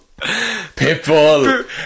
Pitbull